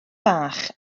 fach